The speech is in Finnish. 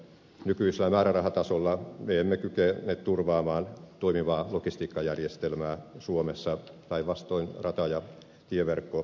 nykyisellä määrärahatasolla me emme kykene turvaamaan toimivaa logistiikkajärjestelmää suomessa päinvastoin rata ja tieverkko rapautuvat